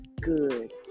good